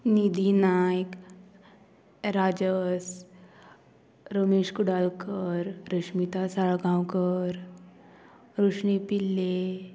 निधी नायक राजस रमेश कुडालकर रश्मिता साळगांवकर रोशनी पिल्ले